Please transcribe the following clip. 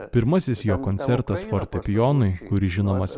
pirmasis jo koncertas fortepijonui kuris žinomas